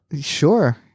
Sure